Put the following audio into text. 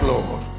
Lord